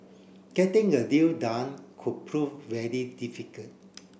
getting a deal done could prove very difficult